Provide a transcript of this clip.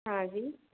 हाँ जी